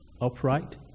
upright